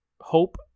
hope